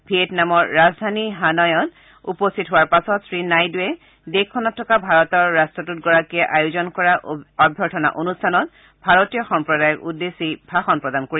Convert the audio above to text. ভিয়েটনামৰ ৰাজধানী হানয়ত উপস্থিত হোৱাৰ পাছতে শ্ৰী নাইডুৱে দেশখনত থকা ভাৰতৰ ৰাষ্ট্ৰদূতগৰাকীয়ে আয়োজন কৰা অভ্যৰ্থনা অনুষ্ঠানত ভাৰতীয় সম্প্ৰদায়ক উদ্দেশ্যি ভাষণ প্ৰদান কৰিব